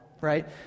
right